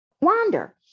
wander